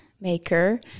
maker